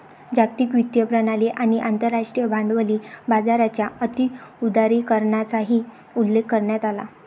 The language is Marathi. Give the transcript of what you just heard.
जागतिक वित्तीय प्रणाली आणि आंतरराष्ट्रीय भांडवली बाजाराच्या अति उदारीकरणाचाही उल्लेख करण्यात आला